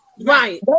Right